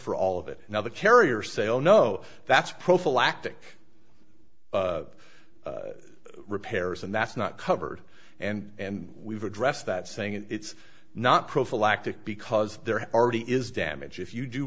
for all of it now the carriers say oh no that's prophylactic repairs and that's not covered and we've addressed that saying it's not prophylactic because they're already is damage if you do